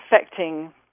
affecting